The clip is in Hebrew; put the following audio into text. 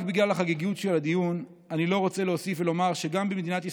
רק בגלל החגיגיות של הדיון אני לא רוצה להוסיף ולומר שגם במדינת ישראל,